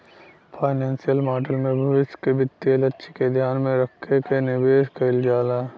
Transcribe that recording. financial model में भविष्य क वित्तीय लक्ष्य के ध्यान में रखके निवेश कइल जाला